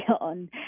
on